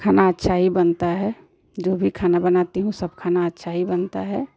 खाना अच्छा ही बनता है जो भी खाना बनाती हूँ सब खाना अच्छा ही बनता है